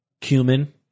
cumin